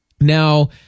now